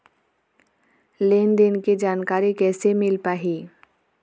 लेन देन के जानकारी कैसे मिल पाही?